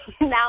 now